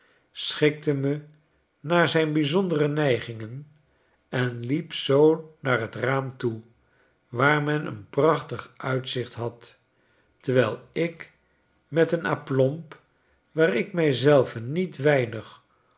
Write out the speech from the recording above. schikte me naar zijn bijzondere neigingen en liep zoo naar t raam toe waar men een prachtig uitzicht had terwijl ik met een aplomp waar ik my zelven niet weinig